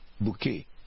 bouquet